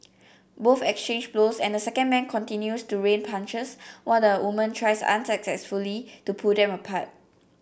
both exchange blows and the second man continues to rain punches while the woman tries unsuccessfully to pull them apart